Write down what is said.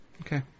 Okay